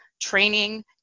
training